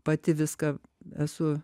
pati viską esu